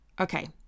Okay